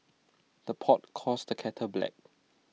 the pot calls the kettle black